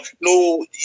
no